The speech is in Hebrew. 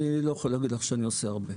אני לא יכול להגיד לך שאני עושה הרבה.